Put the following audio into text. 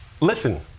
Listen